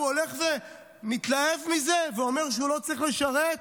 הוא הולך ומתלהב מזה ואומר שהוא לא צריך לשרת?